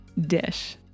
dish